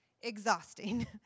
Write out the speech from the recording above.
exhausting